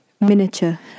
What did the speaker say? Miniature